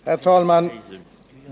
Herr talman!